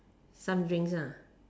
some drinks ah